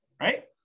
right